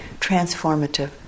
transformative